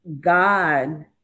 God